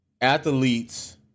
Athletes